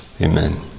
Amen